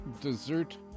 dessert